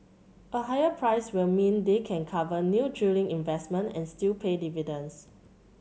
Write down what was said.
a higher price will mean they can cover new drilling investment and still pay dividends